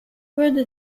würde